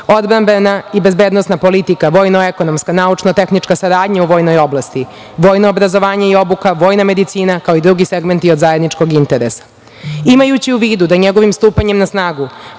odbrambena i bezbednosna politika, vojno-ekonomsko, naučno-tehnička saradnja u vojnoj oblasti, vojno obrazovanje i obuka, vojna medicina, kao drugi segmenti od zajedničkog interesa. Imajući u vidu da njegovim stupanjem na snagu